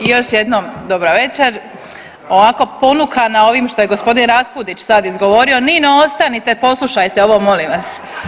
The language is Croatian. I još jednom dobra večer, ovako ponukana ovim što je gospodin Raspudić sad izgovorio, Nino ostanite, poslušajte ovo molim vas.